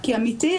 כי אמיתי,